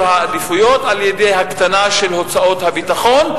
העדיפויות על-ידי הקטנה של הוצאות הביטחון,